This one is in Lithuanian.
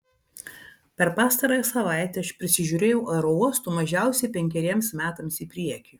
per pastarąją savaitę aš prisižiūrėjau aerouostų mažiausiai penkeriems metams į priekį